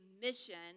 mission